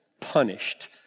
punished